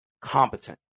competent